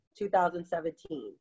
2017